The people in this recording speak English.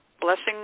Blessing